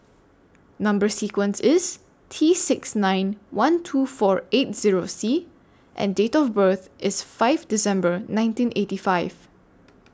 Number sequence IS T six nine one two four eight Zero C and Date of birth IS five December nineteen eighty five